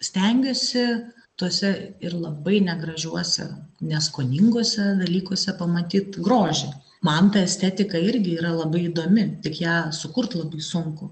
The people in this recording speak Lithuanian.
stengiuosi tuose ir labai negražiuose neskoninguose dalykuose pamatyt grožį man ta estetika irgi yra labai įdomi tik ją sukurt labai sunku